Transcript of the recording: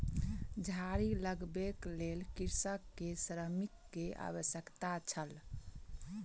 झाड़ी लगबैक लेल कृषक के श्रमिक के आवश्यकता छल